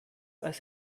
als